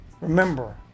remember